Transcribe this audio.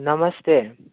नमस्ते